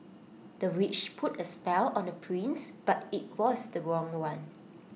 the witch put A spell on the prince but IT was the wrong one